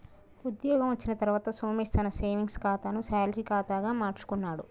ఉద్యోగం వచ్చిన తర్వాత సోమేశ్ తన సేవింగ్స్ కాతాను శాలరీ కాదా గా మార్చుకున్నాడు